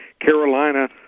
Carolina